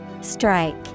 Strike